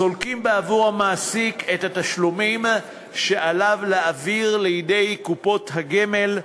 סולקים בעבור המעסיק את התשלומים שעליו להעביר לידי קופות הגמל,